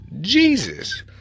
Jesus